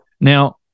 Now